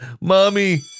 Mommy